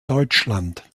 deutschland